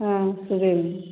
हाँ सुबह में